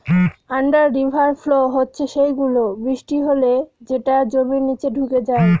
under river flow হচ্ছে সেই গুলো, বৃষ্টি হলে যেটা জমির নিচে ঢুকে যায়